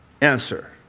answer